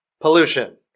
pollution